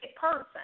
person